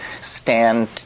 stand